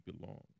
belong